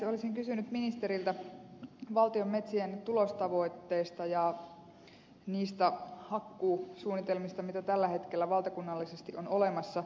olisin kysynyt ministeriltä valtion metsien tulostavoitteista ja niistä hakkuusuunnitelmista mitä tällä hetkellä valtakunnallisesti on olemassa